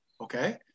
okay